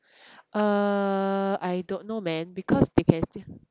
uh I don't know man because they can still